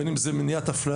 בין אם זה מניעת אפליה,